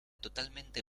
totalmente